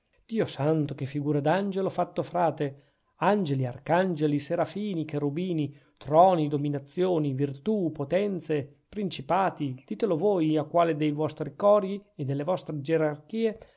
dio santo che figura d'angelo fatto frate angeli arcangeli serafini cherubini troni dominazioni virtù potenze principati ditelo voi a quale dei vostri cori e delle vostre gerarchie